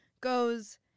goes